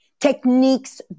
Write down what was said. Techniques